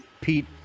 Pete